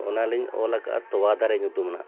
ᱚᱱᱟᱞᱤᱧ ᱚᱞ ᱟᱠᱟᱜᱼᱟ ᱛᱳᱣᱟ ᱫᱟᱨᱮ ᱧᱩᱛᱩᱢᱟᱱᱟᱜ